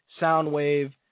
Soundwave